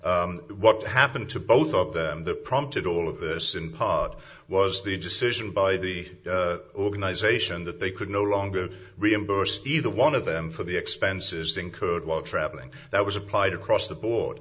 what happened to both of them that prompted all of this in part was the decision by the organization that they could no longer reimburse either one of them for the expenses incurred while traveling that was applied across the board